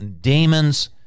demons